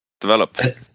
develop